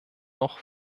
noch